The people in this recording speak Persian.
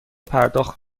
پرداخت